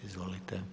Izvolite.